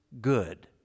good